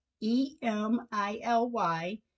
E-M-I-L-Y